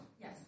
Yes